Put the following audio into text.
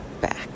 back